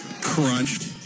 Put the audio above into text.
crunched